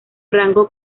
rango